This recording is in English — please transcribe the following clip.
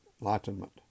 enlightenment